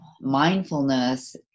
mindfulness